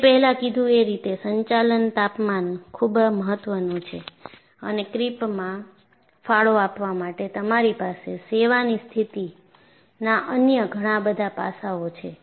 મેં પહેલા કીધું એ રીતે સંચાલન તાપમાન ખૂબ મહત્વનું છે અને ક્રિપમાં ફાળો આપવા માટે તમારી પાસે સેવાની સ્થિતિના અન્ય ઘણાબધા પાસાઓ છે